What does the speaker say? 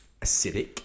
acidic